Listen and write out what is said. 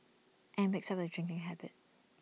and picks up A drinking habit